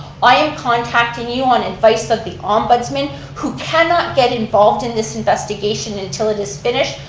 i am contacting you on advice of the ombudsman, who can not get involved in this investigation until it is finished,